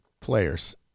players